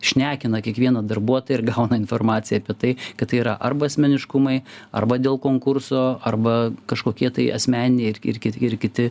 šnekina kiekvieną darbuotoją ir gauna informaciją apie tai kad tai yra arba asmeniškumai arba dėl konkurso arba kažkokie tai asmeniniai ir kiti ir kiti